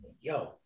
Yo